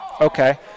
Okay